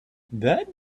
that